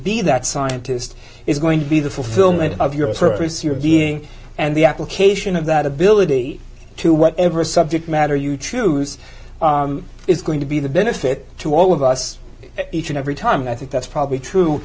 be that scientist is going to be the fulfillment of your purpose your being and the application of that ability to whatever subject matter you choose is going to be the benefit to all of us each and every time i think that's probably true